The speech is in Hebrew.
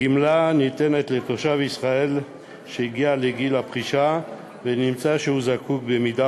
הגמלה ניתנת לתושב ישראל שהגיע לגיל הפרישה ונמצא שהוא זקוק במידה